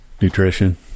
Nutrition